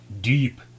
deep